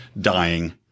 dying